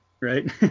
right